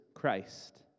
Christ